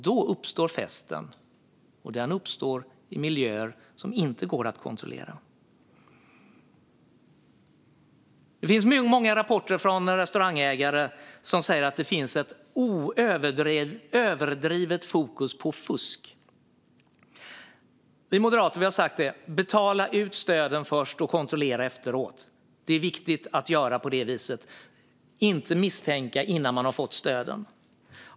Då uppstår festen, och den uppstår i miljöer som inte går att kontrollera. Det finns många rapporter från restaurangägare om ett överdrivet fokus på fusk. Vi moderater har sagt: Betala ut stöden först, och kontrollera efteråt! Det är viktigt att göra på det viset och att inte misstänka innan de har fått stöden.